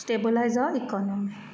stabilize our economy